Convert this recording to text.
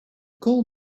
call